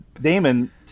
Damon